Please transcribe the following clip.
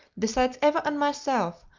besides eva and myself,